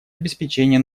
обеспечения